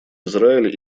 израиль